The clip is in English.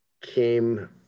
came